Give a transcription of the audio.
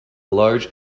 large